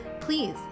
please